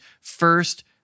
first